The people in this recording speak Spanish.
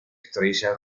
estrella